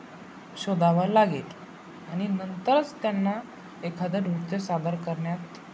शोधावा लागेल आणि नंतरच त्यांना एखादं नृत्य सादर करण्यात